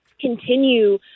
continue